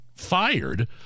fired